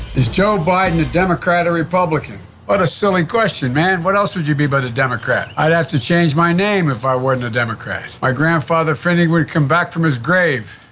is joe biden a democrat or republican? what a silly question, man. what else would you be but a democrat. i'd have to change my name if i weren't a democrat. my grandfather finny would come back from his grave.